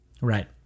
Right